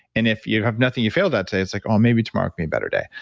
and if you have nothing you failed that day, it's like, oh, maybe tomorrow can be a better day.